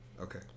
Okay